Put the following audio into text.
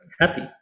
happy